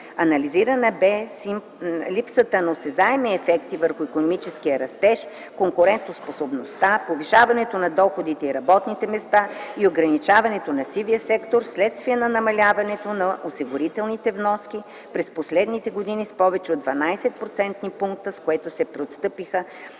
Анализирана бе липсата на осезаеми ефекти върху икономическия растеж, конкурентоспособността, повишаването на доходите и работните места и ограничаването на сивия сектор, вследствие на намаляването на осигурителните вноски през последните години с повече от 12-процентни пункта, с които се преотстъпват